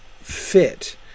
fit